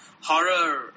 Horror